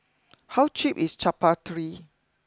how cheap is Chaat Papri